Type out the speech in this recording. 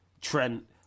Trent